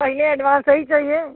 पहले ऐडवान्स ही चाहिए